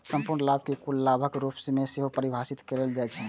संपूर्ण लाभ कें कुल लाभक रूप मे सेहो परिभाषित कैल जाइ छै